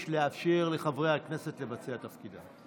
יש לאפשר לחברי הכנסת לבצע את תפקידם.